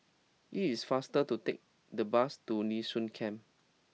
it is faster to take the bus to Nee Soon Camp